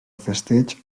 festeig